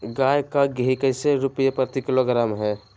गाय का घी कैसे रुपए प्रति किलोग्राम है?